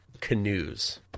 canoes